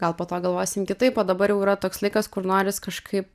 gal po to galvosim kitaip o dabar jau yra toks laikas kur noris kažkaip